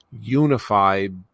unified